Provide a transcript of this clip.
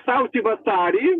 sausį vasarį